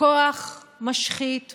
כוח משחית ומשבש,